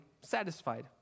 satisfied